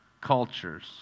cultures